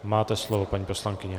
Máte slovo, paní poslankyně.